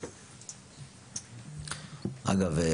אגב,